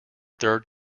third